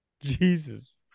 Jesus